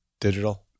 digital